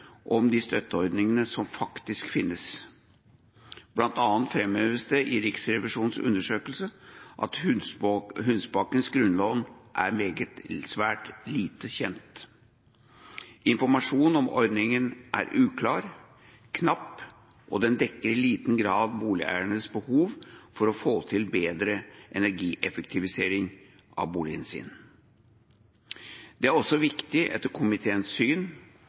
om de støtteordningene som faktisk finnes. Blant annet framheves det i Riksrevisjonens undersøkelse at Husbankens grunnlån er svært lite kjent. Informasjon om ordningen er uklar og knapp, og den dekker i liten grad boligeiernes behov for å få til bedre energieffektivisering av boligen sin. Det er også viktig, etter komiteens syn,